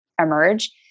emerge